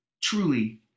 truly